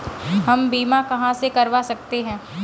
हम बीमा कहां से करवा सकते हैं?